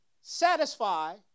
satisfy